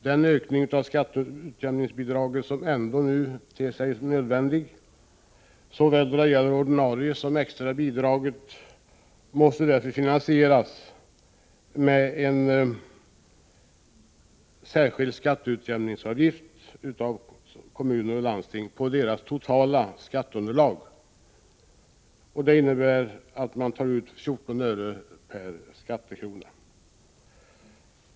Den ökning av skatteutjämningsbidraget som nu ändå ter sig nödvändig såväl när det gäller det ordinarie som det extra bidraget måste därför finansieras med uttag av en särskild skatteutjämningsavgift i kommuner och landsting på deras totala skatteunderlag. Det innebär att man tar ut 14 öre per skattekrona.